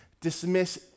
dismiss